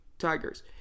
Tigers